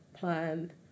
plan